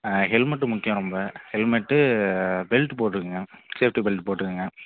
ஆ helmet முக்கியம் ரொம்ப helmet belt போட்டுக்கங்க சேஃப்டி பெல்ட் போட்டுக்கங்க